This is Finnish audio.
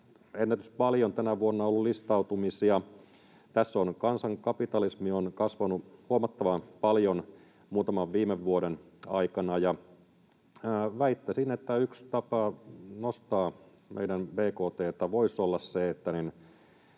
ennätyspaljon tänä vuonna ollut listautumisia. Tässä kansankapitalismi on kasvanut huomattavan paljon muutaman viime vuoden aikana, ja väittäisin, että yksi tapa nostaa meidän bkt:tämme voisi olla se, että